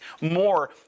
more